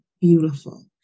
beautiful